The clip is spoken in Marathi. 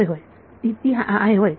होय होय तर ही आहे होय